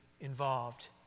involved